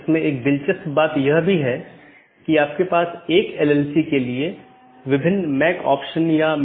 इसलिए यह महत्वपूर्ण है और मुश्किल है क्योंकि प्रत्येक AS के पास पथ मूल्यांकन के अपने स्वयं के मानदंड हैं